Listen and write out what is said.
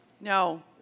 No